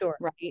right